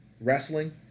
wrestling